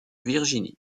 virginie